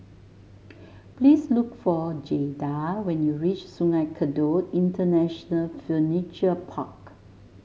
please look for Jayda when you reach Sungei Kadut International Furniture Park